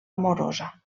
amorosa